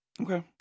Okay